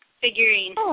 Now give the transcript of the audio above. figurine